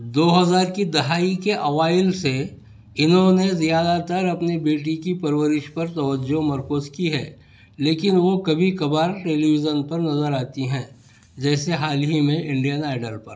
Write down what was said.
دو ہزار کی دہائی کے اوائل سے انہوں نے زیادہ تر اپنی بیٹی کی پرورش پر توجہ مرکوز کی ہے لیکن وہ کبھی کبھار ٹیلی ویژن پر نظر آتی ہیں جیسے حال ہی میں انڈین آئیڈل پر